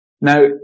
Now